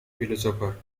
philosopher